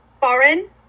foreign